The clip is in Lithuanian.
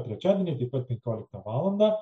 trečiadienį taip pat penkioliktą valandą